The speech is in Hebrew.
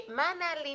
מה הנהלים